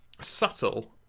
subtle